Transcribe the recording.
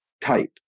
type